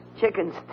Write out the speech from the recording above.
chicken's